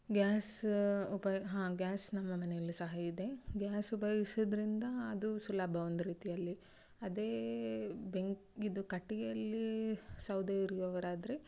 gas ಉಪಯೋಗ ಹಾಂ gas ನಮ್ಮ ಮನೆಯಲ್ಲೂ ಸಹ ಇದೆ ಗ್ಯಾಸ್ ಉಪಯೋಗಿಸೋದರಿಂದ ಅದು ಸುಲಭ ಒಂದು ರೀತಿಯಲ್ಲಿ ಅದೇ ಬೆಂಕಿ ಇದು ಕಟ್ಟಿಗೆಯಲ್ಲಿ ಸೌದೆ ಉರಿಯುವವರಾದರೆ